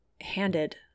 handed